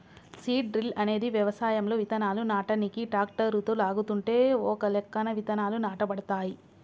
seed drill అనేది వ్యవసాయంలో విత్తనాలు నాటనీకి ట్రాక్టరుతో లాగుతుంటే ఒకలెక్కన విత్తనాలు నాటబడతాయి